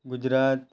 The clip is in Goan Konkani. गुजरात